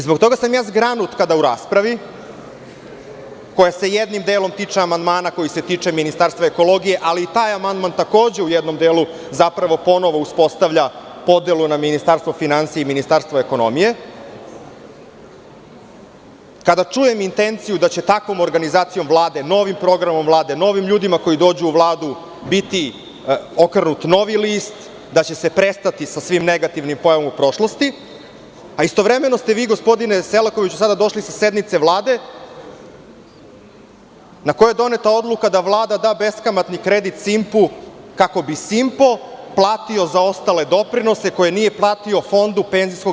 Zbog toga sam ja zgranut kada u raspravi, koja se jednim delom tiče amandmana koji se tiče Ministarstva ekologije, ali i taj amandman takođe u jednom delu zapravo ponovo uspostavlja podelu na Ministarstvo finansija i Ministarstvo ekonomije, kada čujem intenciju da će takvom organizacijom Vlade, novimprogramom Vlade, novim ljudima koji dođu u Vladu, biti okrenut novi list, da će se prestati sa svim negativnim pojavama u prošlosti, a istovremeno ste vi, gospodine Selakoviću, sada došli sa sednice Vlade na kojoj je doneta odluka da Vlada da beskamatni kredit „Simpu“, kako bi „Simpo“ platio zaostale doprinose koje nije platio fondu PIO.